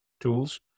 tools